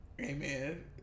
Amen